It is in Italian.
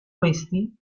questi